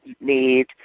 need